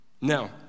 Now